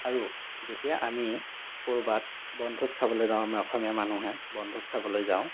আৰু যেতিয়া আমি ক'ৰবাত বনভোজ খাবলৈ যাওঁ আমি অসমীয়া মানুহে বনভোজ খাবলৈ যাওঁ